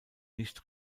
nicht